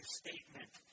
statement